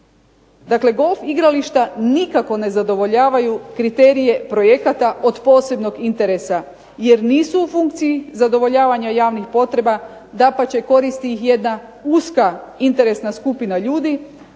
Dakle, golf igrališta nikako ne zadovoljavaju kriterije projekata od posebnog interesa jer nisu u funkciji zadovoljavanja javnih potreba, dapače koristi ih jedna uska interesna skupina ljudi,